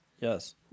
Yes